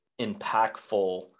impactful